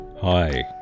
Hi